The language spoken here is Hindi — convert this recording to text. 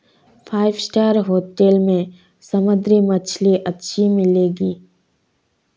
फाइव स्टार होटल में समुद्री मछली अच्छी मिलेंगी